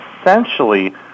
essentially